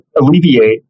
alleviate